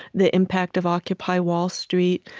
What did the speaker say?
the impact of occupy wall street.